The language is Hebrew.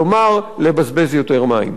כלומר לבזבז יותר מים.